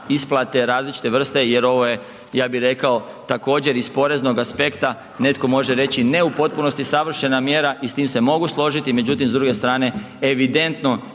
isplate različite vrste jer ovo je ja bih rekao također iz poreznog aspekta netko može reći ne u potpunosti savršena mjera i s time se mogu složiti. Međutim s druge strane evidentno